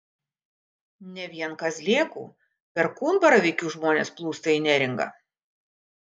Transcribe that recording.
ne vien kazlėkų perkūnbaravykių žmonės plūsta į neringą